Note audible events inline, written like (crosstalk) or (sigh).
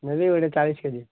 ନେବି (unintelligible) ଚାଳିଶ K G